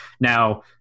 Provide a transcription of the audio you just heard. now